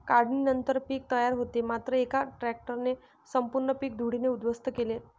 काढणीनंतर पीक तयार होते मात्र एका ट्रकने संपूर्ण पीक धुळीने उद्ध्वस्त केले